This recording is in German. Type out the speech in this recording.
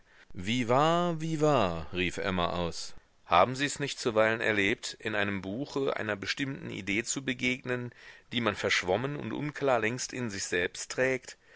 wie wahr wie wahr rief emma aus haben sie es nicht zuweilen erlebt in einem buche einer bestimmten idee zu begegnen die man verschwommen und unklar längst in sich selbst trägt